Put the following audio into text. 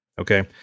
Okay